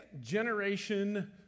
generation